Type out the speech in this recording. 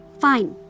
Fine